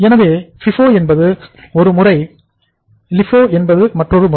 எனவே FIFO என்பது ஒரு முறை LIFO என்பது மற்றொரு முறை